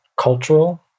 cultural